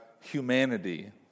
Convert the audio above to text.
humanity